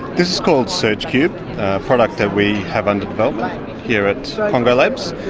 this is called search cube, a product that we have under development here at pongo labs.